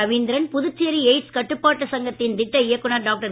Ravindran Puducherry AIDS கட்டுப்பாட்டு சங்கத்தின் திட்ட இயக்குநர் டாக்டர்